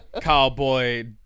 Cowboy